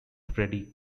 freddy